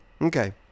Okay